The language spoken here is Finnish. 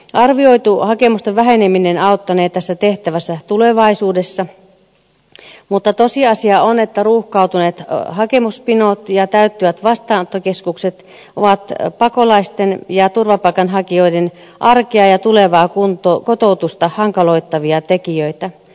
arvioitu hakemusten väheneminen auttanee tässä tehtävässä tulevaisuudessa mutta tosiasia on että ruuhkautuneet hakemuspinot ja täyttyvät vastaanottokeskukset ovat pakolaisten ja turvapaikanhakijoiden arkea ja tulevaa kotoutusta hankaloittavia tekijöitä